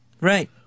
Right